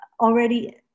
already